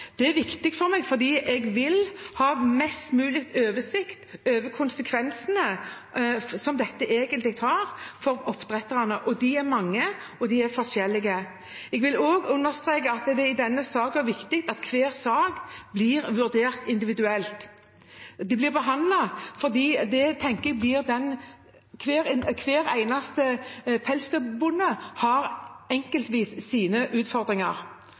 Det er viktig for meg fordi jeg vil ha en best mulig oversikt over konsekvensene som dette egentlig har for oppdretterne. De er mange, og de er forskjellige. Jeg vil også understreke at i denne saken er det viktig at hver sak blir vurdert individuelt. De blir behandlet individuelt fordi